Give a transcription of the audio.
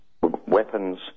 weapons